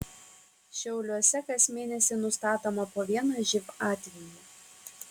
šiauliuose kas mėnesį nustatoma po vieną živ atvejį